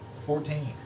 Fourteen